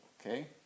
Okay